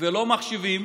ולא מחשבים